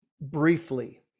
briefly